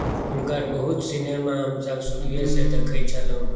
हुनकर बहुत सिनेमा हमसभ शुरुएसँ देखैत छलहुँ हेँ